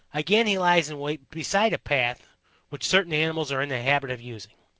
again he lies in wait beside a path which certain animals are in the habit of using.